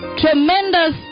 tremendous